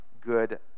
good